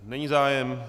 Není zájem.